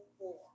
more